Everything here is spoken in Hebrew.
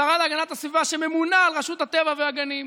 השרה להגנת הסביבה, שממונה על רשות הטבע והגנים.